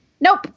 nope